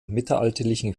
mittelalterlichen